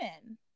women